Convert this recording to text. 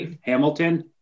Hamilton